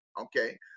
okay